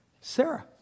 Sarah